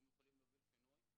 הם יכולים להוביל שינוי,